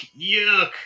yuck